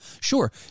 Sure